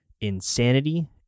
insanity